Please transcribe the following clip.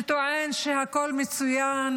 שטוען שהכול מצוין